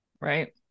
Right